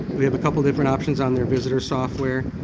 we have a couple of different options on their visitor software.